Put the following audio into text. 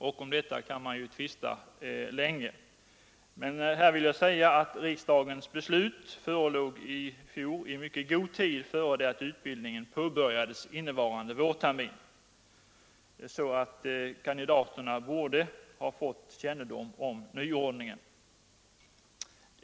Om detta kan man tvista länge, men här vill jag säga att riksdagens beslut i fjol förelåg i mycket god tid innan utbildningen påbörjades innevarande vårtermin. Kandidaterna borde därför ha fått kännedom om nyordningen.